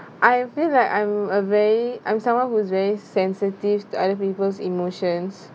I feel like I'm a very I'm someone who's very sensitive to other people's emotions